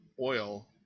oil